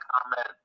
comment